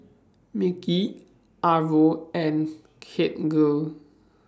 Mickie Arvo and